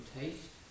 taste